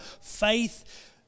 Faith